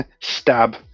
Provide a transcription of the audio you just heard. stab